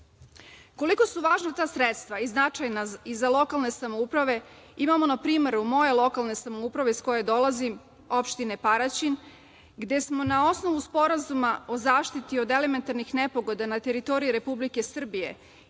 države. Koliko su važna ta sredstva i značajna i za lokalne samouprave imamo na primeru moje lokalne samouprave iz koje dolazim, opština Paraćin, gde smo na osnovu Sporazuma o zaštiti od elementarnih nepogoda na teritoriji Republike Srbije